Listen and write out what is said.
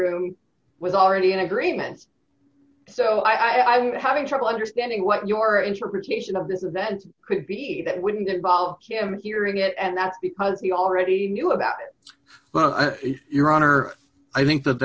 room was already in agreement so i was having trouble understanding what your interpretation of this is that could be that wouldn't involve him hearing it and that's because he already knew about but your honor i think that